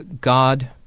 God